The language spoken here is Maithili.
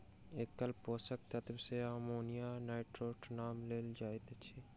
एकल पोषक तत्व मे अमोनियम नाइट्रेटक नाम लेल जाइत छै